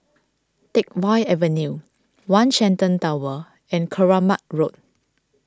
Teck Whye Avenue one Shenton Tower and Keramat Road